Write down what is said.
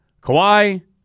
Kawhi